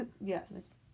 Yes